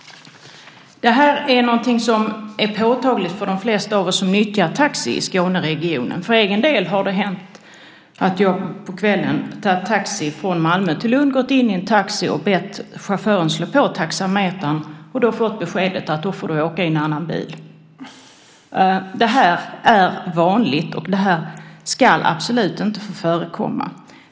Det här är någonting som är påtagligt för de flesta av oss som nyttjar taxi i Skåneregionen. För egen del har det hänt att jag på kvällen har tagit taxi från Malmö till Lund. Jag har gått in i en taxi och bett chauffören slå på taxametern och fått beskedet: Då får du åka i en annan bil! Det här är vanligt, och det ska absolut inte få förekomma.